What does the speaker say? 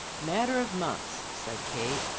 matter of months, said kate.